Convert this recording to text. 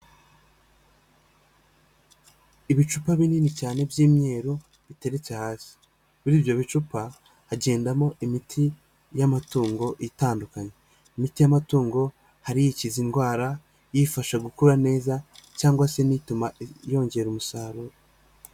Ibicupa binini cyane by'imyeru biteriretse hasi, muri ibyo bicupa hagendamo imiti y'amatungo itandukanye, imiti y'amatungo hari iyikiza indwara, iyifasha gukura neza cyangwa se n' ituma yongera umusaruro.